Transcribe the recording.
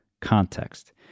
context